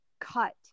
cut